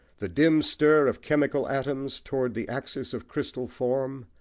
the dim stir of chemical atoms towards the axis of crystal form,